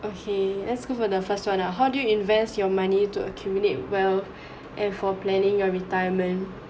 okay let's go for the first one ah how do you invest your money to accumulate wealth and for planning your retirement